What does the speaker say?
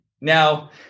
Now